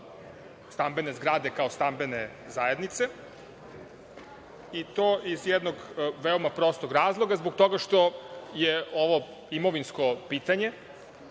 stambene zgrade kao stambene zajednice, i to iz jednog veoma prostog razloga. Zbog toga što je ovo imovinsko pitanje,